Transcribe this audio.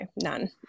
none